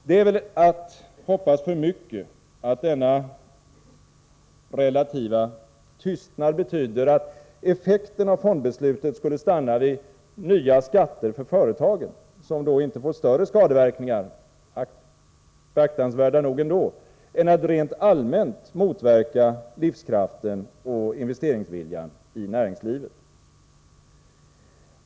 Det är väl att hoppas för mycket att denna relativa tystnad betyder att effekten av fondbeslutet skall stanna vid nya skatter för företagen, som då inte får större skadeverkningar — beaktansvärda nog ändå — än att rent allmänt motverka livskraften och investeringsviljan i näringslivet.